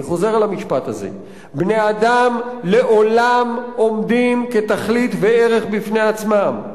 אני חוזר על המשפט הזה: "בני-אדם לעולם עומדים כתכלית וערך בפני עצמם.